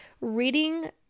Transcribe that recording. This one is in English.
reading